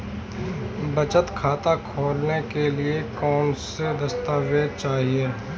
बचत खाता खोलने के लिए कौनसे दस्तावेज़ चाहिए?